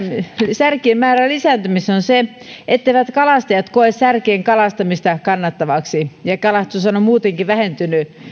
särkien määrän lisääntymiseen on se etteivät kalastajat koe särkien kalastamista kannattavaksi ja kalastushan on muutenkin vähentynyt